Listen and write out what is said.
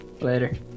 Later